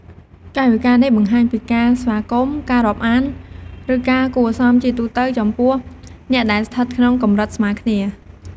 កាយវិការនេះបង្ហាញពីការស្វាគមន៍ ការរាប់អាន ឬការគួរសមជាទូទៅចំពោះអ្នកដែលស្ថិតក្នុងកម្រិតស្មើគ្នា។